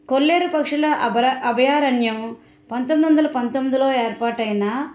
కొల్లేరు పక్షుల ఆభరా అభయారణ్యం పంతొమ్మిది వందల పంతొమ్మిదిలో ఏర్పాటైన